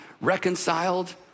reconciled